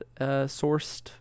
sourced